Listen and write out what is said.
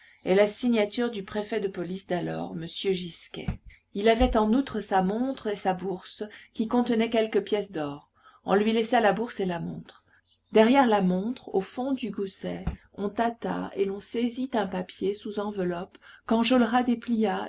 et la signature du préfet de police d'alors m gisquet il avait en outre sa montre et sa bourse qui contenait quelques pièces d'or on lui laissa la bourse et la montre derrière la montre au fond du gousset on tâta et l'on saisit un papier sous enveloppe qu'enjolras déplia